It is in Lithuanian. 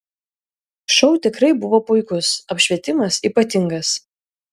šou tikrai buvo puikus apšvietimas ypatingas